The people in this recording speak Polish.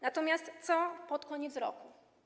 Natomiast co pod koniec roku?